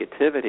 negativity